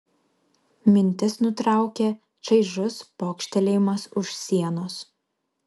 mintis nutraukė čaižus pokštelėjimas už sienos